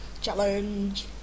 Challenge